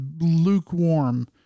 lukewarm